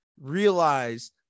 realize